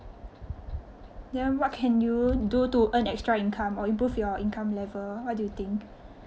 then what can you do to earn extra income or improve your income level what do you think